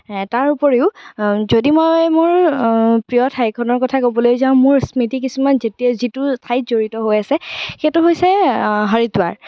তাৰ উপৰিও যদি মই মোৰ প্ৰিয় ঠাইখনৰ কথা ক'বলৈ যাওঁ মোৰ স্মৃতি কিছুমান যিটো ঠাইত জড়িত হৈ আছে সেইটো হৈছে হৰিদ্বাৰ